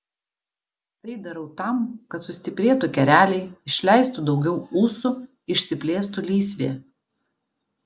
tai darau tam kad sustiprėtų kereliai išleistų daugiau ūsų išsiplėstų lysvė